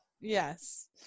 Yes